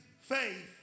faith